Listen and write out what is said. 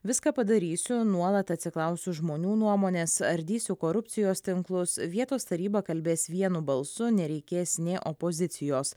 viską padarysiu nuolat atsiklausiu žmonių nuomonės ardysiu korupcijos tinklus vietos taryba kalbės vienu balsu nereikės nė opozicijos